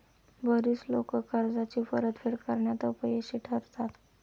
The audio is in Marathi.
बरीच लोकं कर्जाची परतफेड करण्यात अपयशी ठरतात